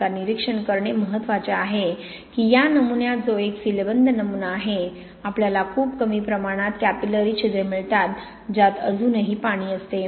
आता निरीक्षण करणे महत्त्वाचे आहे की या नमुन्यात जो एक सीलबंद नमुना आहे आपल्याला खूप कमी प्रमाणात कॅपिलॅरी छिद्रे मिळतात ज्यात अजूनही पाणी असते